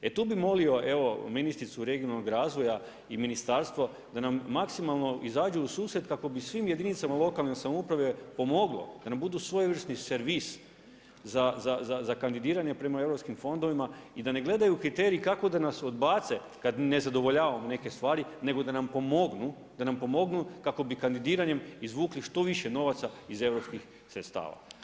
E tu bi molio evo ministricu regionalnog razvoja i ministarstvo da nam maksimalno izađu u susret kako bi svim jedinicama lokalne samouprave pomoglo, da nam budu svojevrsni servis za kandidiranje prema europskim fondovima i da ne gledaju kriterije kako da nas odbace kad ne zadovoljavamo neke stvari nego da nam pomognu kako bi kandidiranjem izvukli što više novaca iz europskih sredstava.